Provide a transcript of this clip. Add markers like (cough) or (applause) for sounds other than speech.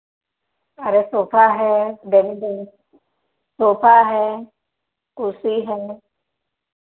अरे सोफा है dining (unintelligible) sofa है कुर्सी है